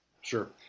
sure